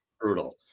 brutal